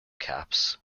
caps